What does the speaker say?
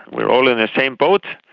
we are all in the same boat,